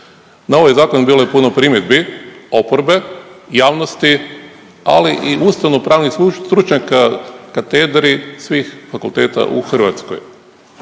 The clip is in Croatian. Na ovaj zakon bilo je puno primjedbi oporbe, javnosti ali i ustanovnopravnih stručnjaka katedri svih fakulteta u Hrvatskoj.